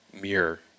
mirror